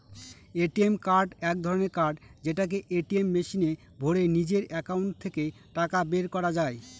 ATM card এক ধরনের কার্ড যেটাকে এটিএম মেশিনে ভোরে নিজের একাউন্ট থেকে টাকা বের করা যায়